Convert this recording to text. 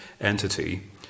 entity